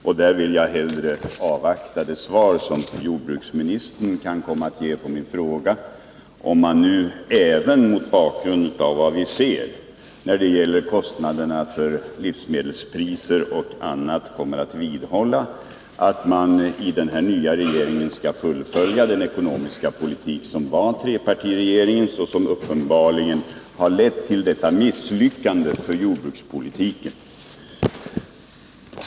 Härvidlag vill jag hellre avvakta det svar som jordbruksministern kan komma att ge på min fråga, som gäller om den nya regeringen — även mot bakgrund av vad man nu ser när det gäller kostnaderna för livsmedel och annat — kommer att fullfölja den ekonomiska politik som var trepartiregeringens och som uppenbarligen lett till detta misslyckande för jordbrukspolitiken.